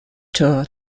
tour